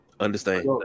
Understand